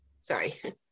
sorry